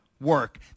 work